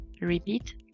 Repeat